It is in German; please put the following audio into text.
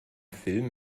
film